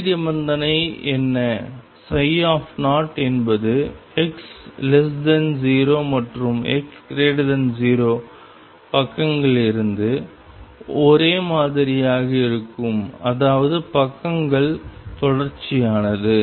எல்லை நிபந்தனை என்ன ψ என்பது x0 மற்றும் x0 பக்கங்களிலிருந்து ஒரே மாதிரியாக இருக்கும் அதாவது பக்கங்கள் தொடர்ச்சியானது